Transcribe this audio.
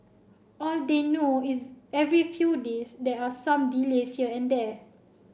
all they know is every few days there are some delays here and there